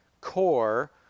core